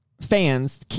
fans